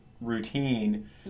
routine